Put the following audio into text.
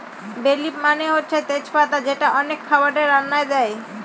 বে লিফ মানে হচ্ছে তেজ পাতা যেটা অনেক খাবারের রান্নায় দেয়